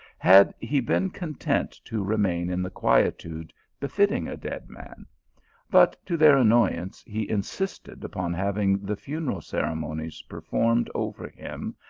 had he been content to remain in the quietude befitting a dead man but, to their annoyance, he insisted upon having the funeral ceremonies performed over him,